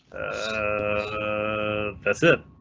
ah, that's it.